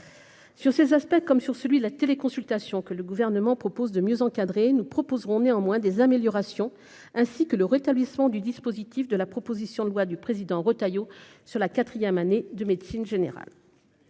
sur ces aspects, comme sur celui-là téléconsultation que le gouvernement propose de mieux encadrer, nous proposerons néanmoins des améliorations, ainsi que le rétablissement du dispositif de la proposition de loi du président Retailleau sur la quatrième année de médecine générale